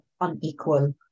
unequal